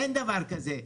אין דבר כזה.